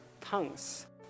tongues